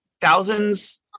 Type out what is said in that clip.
thousands